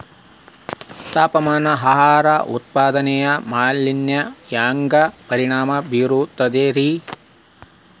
ತಾಪಮಾನ ಆಹಾರ ಉತ್ಪಾದನೆಯ ಮ್ಯಾಲೆ ಹ್ಯಾಂಗ ಪರಿಣಾಮ ಬೇರುತೈತ ರೇ?